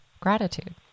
gratitude